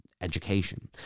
Education